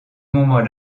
moment